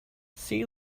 see